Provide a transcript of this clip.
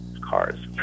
cars